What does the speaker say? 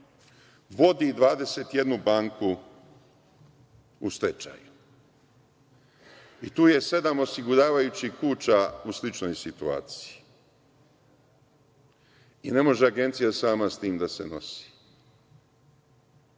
vodi 21 banku u stečaju. Tu je sedam osiguravajućih kuća u sličnoj situaciji. Ne može agencija sama sa tim da se nosi